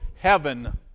heaven